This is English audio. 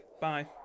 Bye